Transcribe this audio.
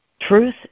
truth